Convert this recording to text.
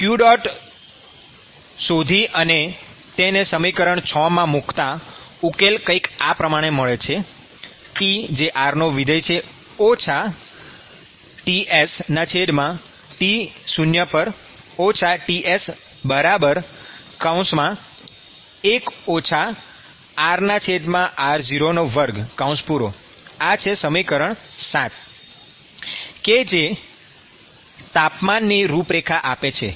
q શોધી અને તેને સમીકરણ 6 માં મૂકતાં ઉકેલ કઈક આ પ્રમાણે મળે છે Tr TsT0 Ts1 rr02 ૭ કે જે તાપમાનની રૂપરેખા આપે છે